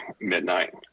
midnight